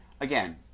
Again